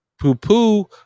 poo-poo